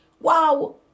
Wow